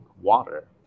water